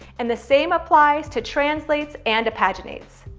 and the same applies to translates and paginates.